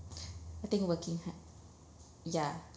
I think working hard ya